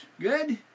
good